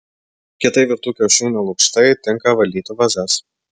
kietai virtų kiaušinių lukštai tinka valyti vazas